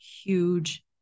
huge